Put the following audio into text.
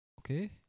Okay